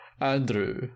Andrew